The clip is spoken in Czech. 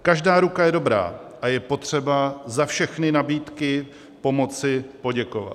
Každá ruka je dobrá a je potřeba za všechny nabídky pomoci poděkovat.